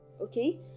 Okay